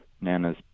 Nana's